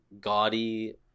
gaudy